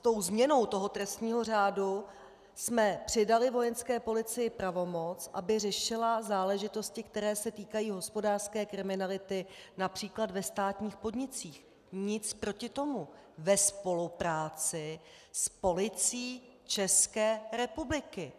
Tou změnou trestního řádu jsme přidali Vojenské policii pravomoc, aby řešila záležitosti, které se týkají hospodářské kriminality např. ve státních podnicích nic proti tomu ve spolupráci s Policií České republiky.